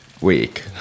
week